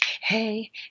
hey